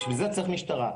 בשביל זה צריך משטרה.